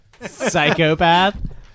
Psychopath